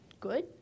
good